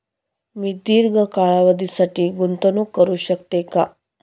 मी दीर्घ कालावधीसाठी गुंतवणूक करू शकते का?